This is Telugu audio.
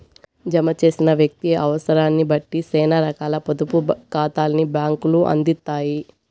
జమ చేసిన వ్యక్తి అవుసరాన్నిబట్టి సేనా రకాల పొదుపు కాతాల్ని బ్యాంకులు అందిత్తాయి